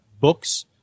books